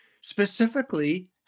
Specifically